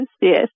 Yes